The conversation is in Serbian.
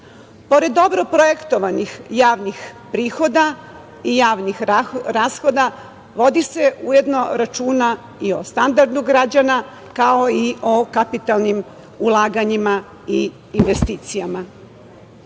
Pored dobro projektovanih javnih prihoda i javnih rashoda vodi se ujedno računa i o standardu građana, kao i o kapitalnim ulaganjima i investicijama. Uporedo